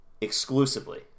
Exclusively